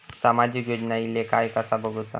सामाजिक योजना इले काय कसा बघुचा?